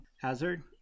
hazard